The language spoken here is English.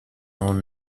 own